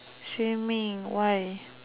swimming why